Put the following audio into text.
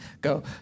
go